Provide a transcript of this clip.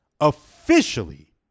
officially